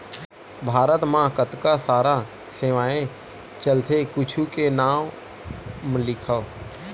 भारत मा कतका सारा सेवाएं चलथे कुछु के नाम लिखव?